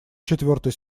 четвертой